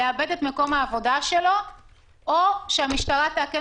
לאבד את מקום העבודה שלו או שהמשטרה תאכן